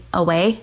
away